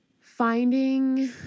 finding